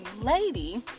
lady